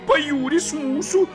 pajūris mūsų